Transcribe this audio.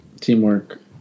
Teamwork